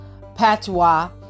patois